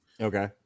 Okay